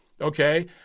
Okay